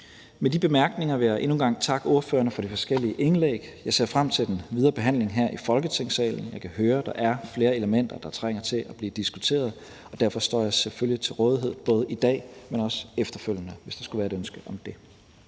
Med de bemærkninger vil jeg endnu en gang takke ordførerne for de forskellige indlæg. Jeg ser frem til den videre behandling her i Folketingssalen. Jeg kan høre, at der er flere elementer, der trænger til at blive diskuteret. Derfor står jeg selvfølgelig til rådighed både i dag og efterfølgende, hvis der skulle være et ønske om det.